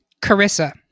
Carissa